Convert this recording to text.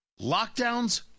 Lockdowns